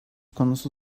konusu